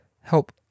help